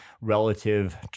relative